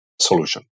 solution